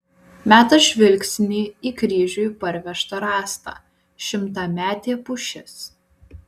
meta žvilgsnį į kryžiui parvežtą rąstą šimtametė pušis